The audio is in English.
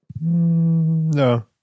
no